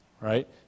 Right